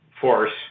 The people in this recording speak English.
force